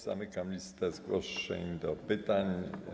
Zamykam listę zgłoszonych do pytań.